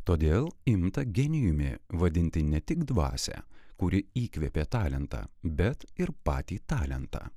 todėl imta genijumi vadinti ne tik dvasią kuri įkvėpė talentą bet ir patį talentą